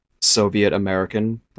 Soviet-American